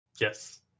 yes